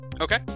Okay